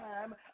time